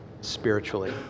spiritually